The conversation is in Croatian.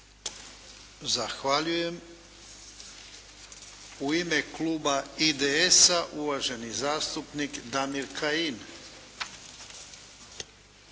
Zahvaljujem. U ime kluba IDS-a, uvaženi zastupnik Damir Kajin.